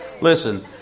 Listen